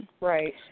Right